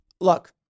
look